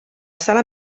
sala